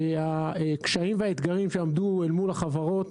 הקשיים והאתגרים שעמדו אל מול החברות: